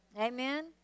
Amen